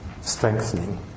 strengthening